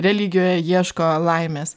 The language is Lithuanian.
religijoje ieško laimės